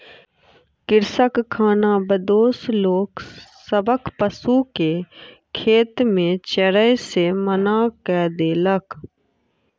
कृषक खानाबदोश लोक सभक पशु के खेत में चरै से मना कय देलक